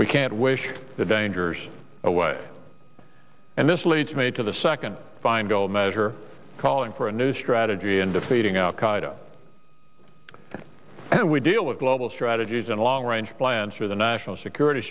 we can't wish the dangers away and this leads me to the second feingold measure calling for a new strategy in defeating al qaida and we deal with global strategies and long range plans for the national security